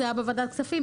זה היה בוועדת הכספים,